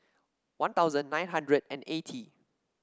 One Thousand nine hundred and eighty